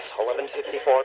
11.54